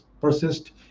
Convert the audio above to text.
persist